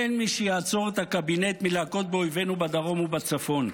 אין מי שיעצור את הקבינט מלהכות באויבינו בדרום ובצפון.